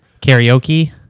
karaoke